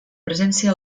presència